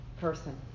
person